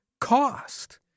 cost